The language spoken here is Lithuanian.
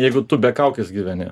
jeigu tu be kaukės gyveni